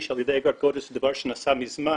על ידי אגרת גודש זה דבר שנעשה בזמן.